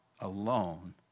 alone